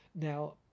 now